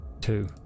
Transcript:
Two